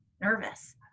nervous